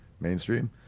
mainstream